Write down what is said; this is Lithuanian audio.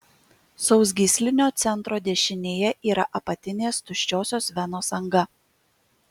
sausgyslinio centro dešinėje yra apatinės tuščiosios venos anga